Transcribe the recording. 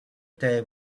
day